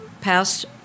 passed